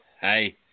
Hey